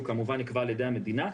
שהוא כמובן נקבע על ידי המדינה,